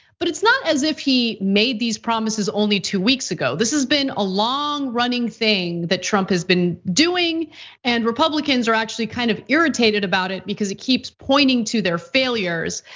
but it's not as if he made these promises only two weeks ago. this has been a long running thing that trump has been doing and republicans are actually kind of irritated about it because it keeps pointing to their failures.